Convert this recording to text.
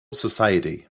society